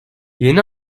yeni